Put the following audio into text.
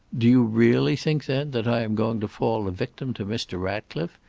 do you really think, then, that i am going to fall a victim to mr. ratcliffe?